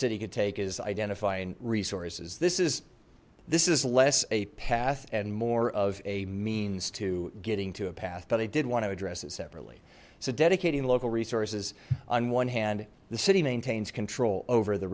city could take is identifying resources this is this is less a path and more of a means to getting to a path but i did want to address it separately so dedicating local resources on one hand the city maintains control over the